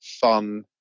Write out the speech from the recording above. fun